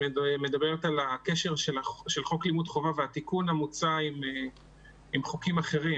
שמדברת על הקשר של חוק לימוד חובה והתיקון המוצע עם חוקים אחרים